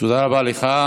תודה רבה לך.